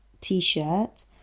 t-shirt